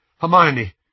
Hermione